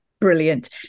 Brilliant